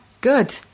good